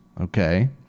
Okay